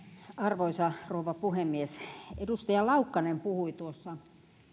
arvoisa rouva puhemies edustaja laukkanen puhui tuossa